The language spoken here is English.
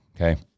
Okay